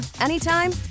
anytime